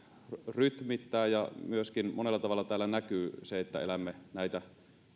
rytmittää se ja myöskin monella tavalla täällä näkyy se että elämme näitä